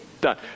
done